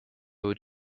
would